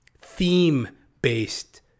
theme-based